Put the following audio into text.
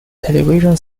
television